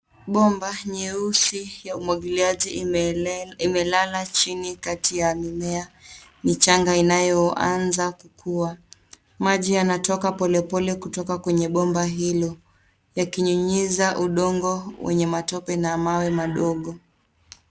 Bomba nyeusi ya umwagiliaji imelala chini kati ya mimea michanga inayoanza kukua. Maji yanatoka polepole kutoka kwenye bomba hilo yakinyunyuza udongo wenye matope na mawe madogo.